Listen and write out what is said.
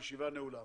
הישיבה נעולה.